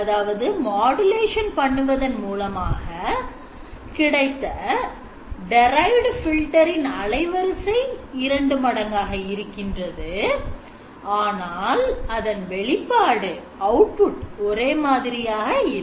அதாவது Modulation பண்ணுவதன் மூலமாக கிடைத்த derived filter இன் அலைவரிசை இரண்டு மடங்காக இருக்கின்றது ஆனால் அதன் வெளிப்பாடு ஒரே மாதிரியாக இல்லை